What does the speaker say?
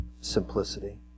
simplicity